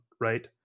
Right